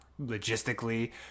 logistically